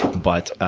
but,